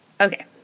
Okay